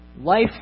life